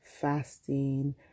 fasting